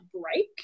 break